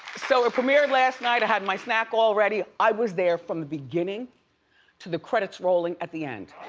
so it premiered last night. i had my snack all ready. i was there from the beginning to the credits rolling at the end.